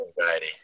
anxiety